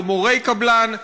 לא מורי קבלן,